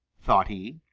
thought he.